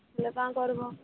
ହେଲେ କାଁ କର୍ବ